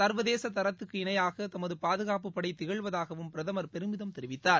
சா்வதேச தரத்தக்கு இணையாக தமது பாதுகாப்புப் படை திகழ்வதாகவும் பிரதமர் பெருமிதம் தெரிவித்தார்